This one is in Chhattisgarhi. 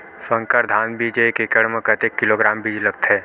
संकर धान बीज एक एकड़ म कतेक किलोग्राम बीज लगथे?